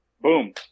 boom